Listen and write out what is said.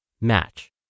match